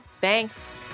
Thanks